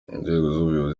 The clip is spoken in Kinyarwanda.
inzego